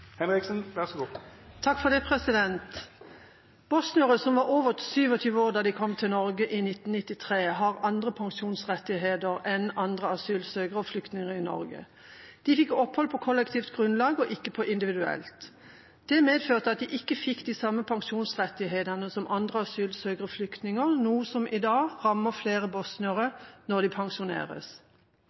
som var over 27 år da de kom til Norge i 1993, har andre pensjonsrettigheter enn andre asylsøkere/flyktninger i Norge. De fikk opphold på kollektivt grunnlag, ikke på individuelt. Det medførte at de ikke fikk de samme pensjonsrettighetene som andre asylsøkere/flyktninger, noe som i dag rammer flere bosniere når de pensjoneres.